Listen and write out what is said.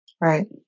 Right